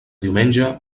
diumenge